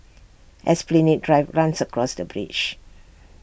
Esplanade Drive runs across the bridge